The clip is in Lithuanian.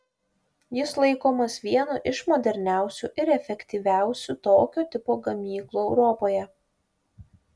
jis laikomas vienu iš moderniausių ir efektyviausių tokio tipo gamyklų europoje